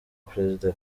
perezida